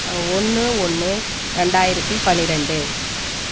ஒன்னு ஒன்னு ரெண்டாயிரத்தி பனிரெண்டு